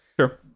Sure